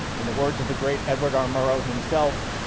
in the words of the great edward r murrow himself.